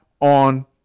on